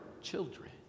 children